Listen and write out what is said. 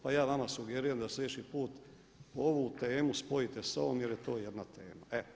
Pa ja vama sugeriram da sljedeći put ovu temu spojite s ovom jer je to jedna tema.